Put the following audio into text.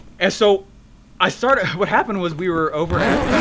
and so i started, what happened was we were over at,